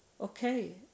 okay